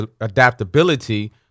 adaptability